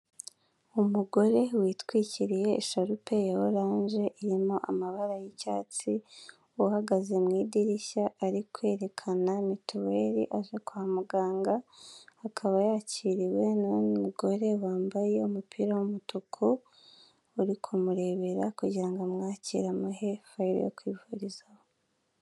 Umugore witwikiriye isharupe ya oranje irimo amabara y'icyatsi uhagaze mu idirishya ari kwerekana mituweri aje kwa muganga, akaba yakiriwe n'umugore wambaye umupira w'umutuku uri kumurebera kugira ngo amwakire amuhe fayiro yo kwivurizaho.